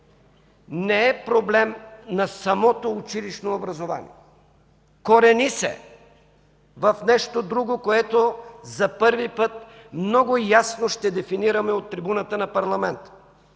не е проблем на самото училищно образование. Корени се в нещо друго, което за първи път много ясно ще дефинираме от трибуната на парламента